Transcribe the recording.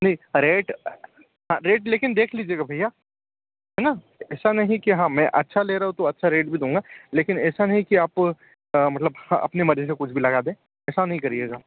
नहीं rate rate लेकिन देख लीजिएगा भैया है ना ऐसा नहीं कि मैं अच्छा ले रहा हूँ तो अच्छा रेट भी दूंगा लेकिन ऐसा नहीं कि आपको मतलब अपनी मर्ज़ी से कुछ भी लगा दें ऐसा नहीं करिएगा